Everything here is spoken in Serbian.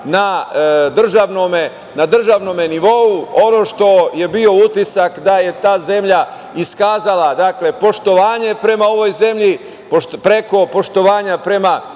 na državnom nivou. Ono što je bio utisak je da je ta zemlja iskazala poštovanje prema ovoj zemlji, preko poštovanja prema